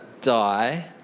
die